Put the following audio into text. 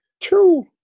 True